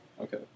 Okay